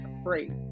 afraid